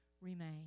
Remain